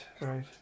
right